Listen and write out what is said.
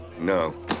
No